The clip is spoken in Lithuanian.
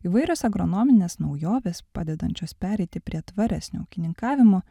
įvairios agronominės naujovės padedančios pereiti prie tvaresnio ūkininkavimo